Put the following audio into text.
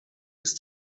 ist